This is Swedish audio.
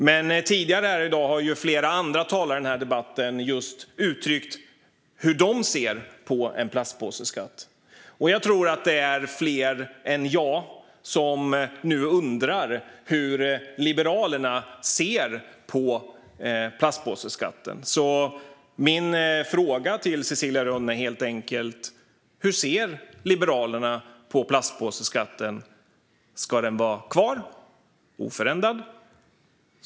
Men tidigare här i dag har flera andra talare i debatten uttryckt hur de ser på en plastpåseskatt. Jag tror att det är fler än jag som nu undrar hur Liberalerna ser på plastpåseskatten. Min fråga till Cecilia Rönn är därför helt enkelt: Hur ser Liberalerna på plastpåseskatten? Ska den vara kvar oförändrad?